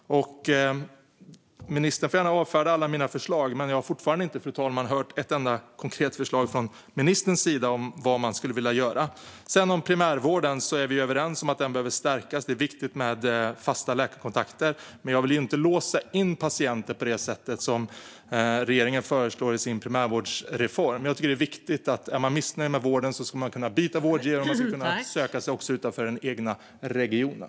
Ministern får gärna avfärda alla mina förslag, men jag har fortfarande inte hört ett enda konkret förslag från ministern om vad man skulle vilja göra. När det gäller primärvården är vi överens om att den behöver stärkas. Det är viktigt med fasta läkarkontakter, men jag vill inte låsa in patienter på det sätt som regeringen föreslår i sin primärvårdsreform. Jag tycker att det är viktigt att man om man är missnöjd med vården ska kunna byta vårdgivare och också söka sig utanför den egna regionen.